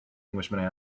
englishman